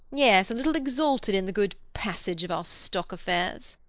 yes, a little exalted in the good passage of our stock-affairs.